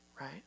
right